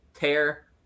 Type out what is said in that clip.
tear